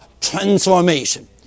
transformation